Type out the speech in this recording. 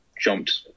jumped